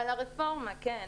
לרפורמה, כן.